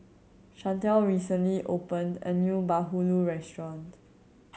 Chantelle recently opened a new bahulu restaurant